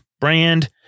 brand